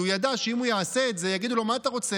כי הוא ידע שאם הוא יעשה את זה יגידו לו: מה אתה רוצה,